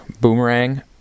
Boomerang